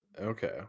Okay